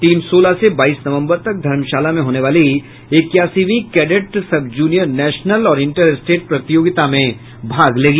team सोलह से बाईस नवम्बर तक धर्मशाला में होने वाली इक्यासीवीं कैडेट सबजूनियर नेशनल और इंटर स्टेट प्रतियोगिता में भाग लेगी